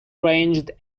ranged